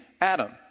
Adam